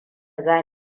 za